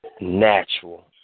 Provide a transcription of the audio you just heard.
natural